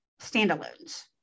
standalones